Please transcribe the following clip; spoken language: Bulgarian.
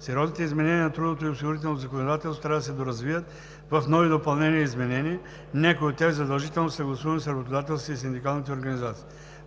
сериозните изменения на трудовото и осигурителното законодателство трябва да се доразвият в нови допълнения и изменения, някои от тях задължително, съгласувани с работодателските и синдикалните организации.